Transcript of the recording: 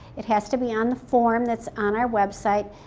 it has to be on the form that's on our website.